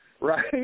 right